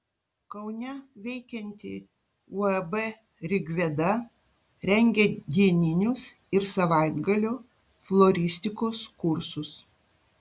kaune veikianti uab rigveda rengia dieninius ir savaitgalio floristikos kursus